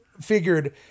figured